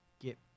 Get